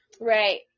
Right